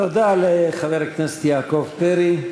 תודה לחבר הכנסת יעקב פרי.